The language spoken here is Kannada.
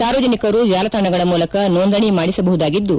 ಸಾರ್ವಜನಿಕರು ಜಾಲತಾಣಗಳ ಮೂಲಕ ನೋಂದಣೆ ಮಾಡಿಸಬಹುದಾಗಿದ್ದು